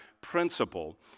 principle